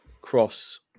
cross